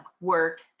work